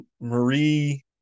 Marie